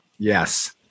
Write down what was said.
Yes